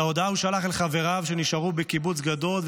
את ההודעה הוא שלח לחבריו שנשארו בקיבוץ גדות,